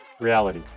reality